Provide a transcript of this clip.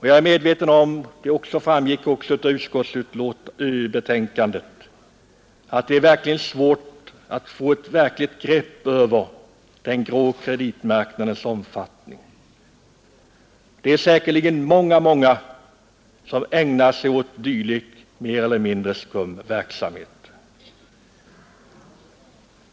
Jag är medveten om att det, som utskottet framhåller, är svårt att få ett verkligt grepp om den grå kreditmarknadens omfattning. Det är säkerligen många som ägnar sig åt dylik mer eller mindre skum verksamhet.